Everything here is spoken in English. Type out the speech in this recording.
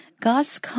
God's